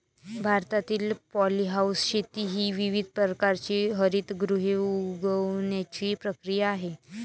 भारतातील पॉलीहाऊस शेती ही विविध प्रकारची हरितगृहे उगवण्याची प्रक्रिया आहे